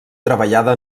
treballada